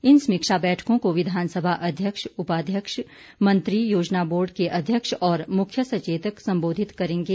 इन समीक्षा बैठकों को विधानसभा अध्यक्ष उपाध्यक्ष मंत्री योजना बोर्ड के अध्यक्ष और मुख्य सचेतक संबोधित करेंगे